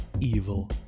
evil